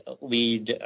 lead